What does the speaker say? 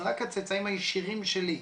זה רק הצאצאים הישירים שלי,